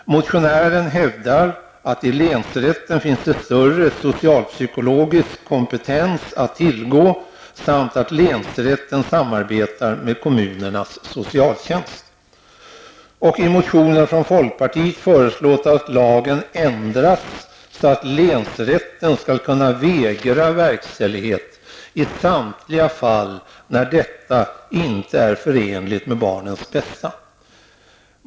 Motionären hävdar att i länsrätten finns det större socialpsykologisk kompetens att tillgå samt att länsrätten samarbetar med kommunernas socialtjänst. I motionen från folkpartiet föreslås att lagen ändras så att länsrätten skall kunna vägra verkställighet i samtliga fall när denna inte är förenlig med barnens bästa.